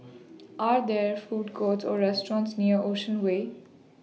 Are There Food Courts Or restaurants near Ocean Way